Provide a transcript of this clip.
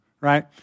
right